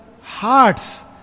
hearts